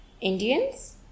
Indians